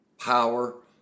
power